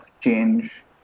change